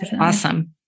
awesome